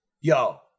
yo